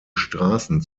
straßen